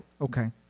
Okay